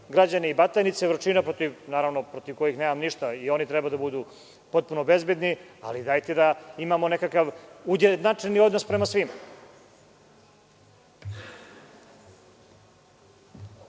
građani Batajnice, Vrčina, protiv kojih, naravno, nemam ništa. I oni treba da budu potpuno bezbedni, ali dajte da imamo nekakav ujednačen odnos prema svima.